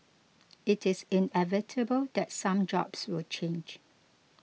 it is inevitable that some jobs will change